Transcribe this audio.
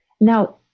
Now